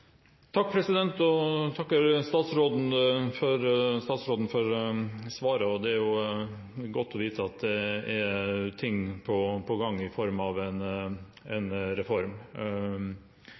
takker statsråden for svaret. Det er godt å vite at det er ting på gang i form av en reform.